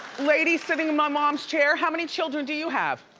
lady sitting in my mom's chair, how many children do you have?